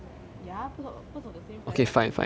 ya birds of birds of the same feather flock together